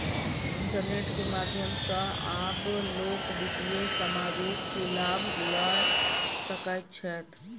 internet के माध्यम सॅ आब लोक वित्तीय समावेश के लाभ लअ सकै छैथ